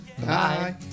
bye